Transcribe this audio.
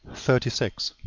thirty six.